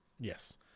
yes